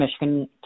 Michigan